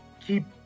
keep